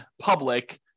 public